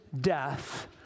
Death